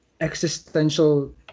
existential